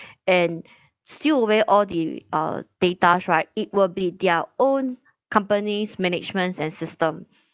and steal away all the uh datas right it will be their own companies' managements and system